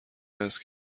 است